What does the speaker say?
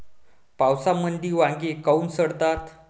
पावसाळ्यामंदी वांगे काऊन सडतात?